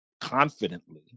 confidently